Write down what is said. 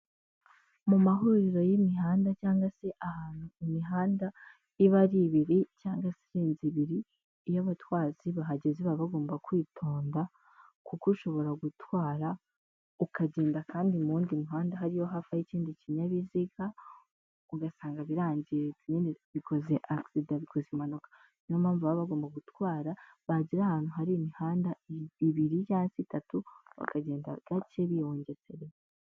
Mu mahuriro y'imihanda cyangwa se ahantu imihanda iba ari ibiri cyangwa se irenze ibiri. Iyo abatwazi bahageze baba bagomba kwitonda kuko ushobora gutwara ukagenda kandi mu wundi muhanda hariyo hafi ikindi kinyabiziga, ugasanga birangiritse nyine bikoze agisida, bikoze impanuka. Ni yo mpamvu baba bagomba gutwara bagera ahantu hari imihanda ibiri cyangwa se itatu, bakagenda gake bigengesereye.